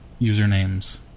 usernames